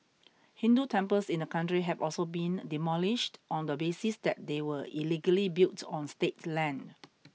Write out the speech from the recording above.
Hindu temples in the country have also been demolished on the basis that they were illegally built on state land